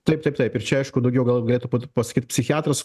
taip taip taip ir čia aišku daugiau gal galėtų pat pasakyt psichiatras